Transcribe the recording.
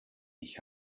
ich